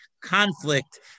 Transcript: conflict